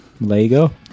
Lego